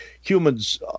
humans